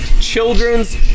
Children's